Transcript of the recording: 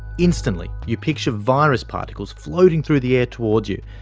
instantly you picture virus particles floating through the air towards you,